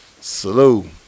Salute